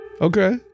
Okay